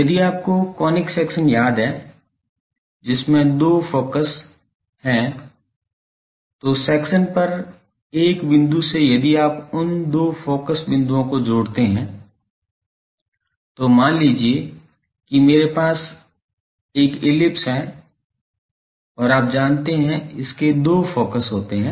यदि आपको conic section याद हैं जिसमें दो फ़ोकस हैं तो सेक्शन पर एक बिंदु से यदि आप उन दो फ़ोकस बिंदुओं को जोड़ते हैं मान लीजिए कि मेरे पास एक इलिप्स है और आप जानते है इसके दो फोकस होते है